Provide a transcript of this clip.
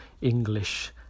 English